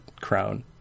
crown